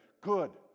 Good